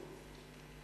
בחוץ,